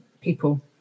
people